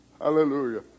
Hallelujah